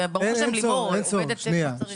וברוך השם לימור עובדת כמו שצריך.